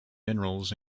minerals